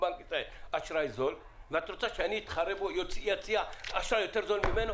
מבנק ישראל - ואת רוצה שאני אתחרה בו ואציע אשראי יותר זול ממנו.